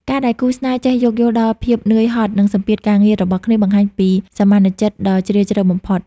ការដែលគូស្នេហ៍ចេះ "យោគយល់ដល់ភាពហត់នឿយ និងសម្ពាធការងារ" របស់គ្នា បង្ហាញពីសមានចិត្តដ៏ជ្រាលជ្រៅបំផុត។